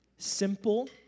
Simple